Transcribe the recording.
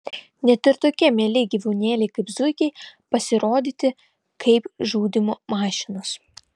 net ir tokie mieli gyvūnėliai kaip zuikiai pasirodyti kaip žudymo mašinos